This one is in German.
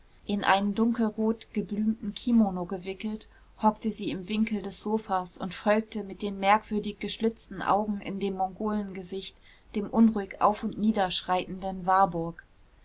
in einen dunkelrot geblümten kimono gewickelt hockte sie im winkel des sofas und folgte mit den merkwürdig geschlitzten augen in dem mongolengesicht dem unruhig auf und nieder schreitenden warburg